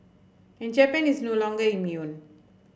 and Japan is no longer immune